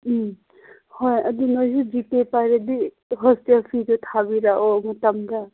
ꯎꯝ ꯍꯣꯏ ꯑꯗꯨ ꯅꯣꯏꯁꯨ ꯖꯤ ꯄꯦ ꯄꯥꯏꯔꯗꯤ ꯍꯣꯁꯇꯦꯜ ꯐꯤꯗꯣ ꯊꯥꯕꯤꯔꯛꯑꯣ ꯃꯇꯝꯗ